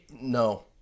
no